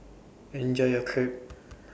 Enjoy your Crepe